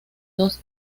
dos